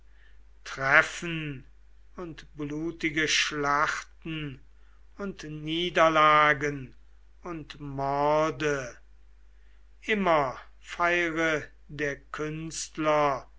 treffen und blutige schlachten und niederlagen und morde immer feire der künstler